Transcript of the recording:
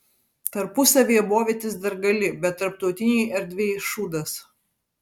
tarpusavyje bovytis dar gali bet tarptautinėj erdvėj šūdas